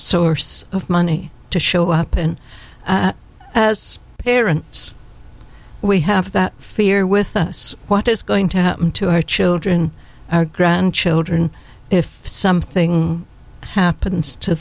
source of money to show up and as parents we have that fear with us what is going to happen to our children our grandchildren if something happens to